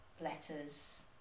letters